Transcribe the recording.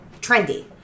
trendy